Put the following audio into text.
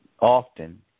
often